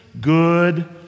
good